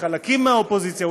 מחלקים מהאופוזיציה,